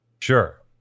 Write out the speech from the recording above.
Sure